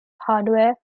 hardware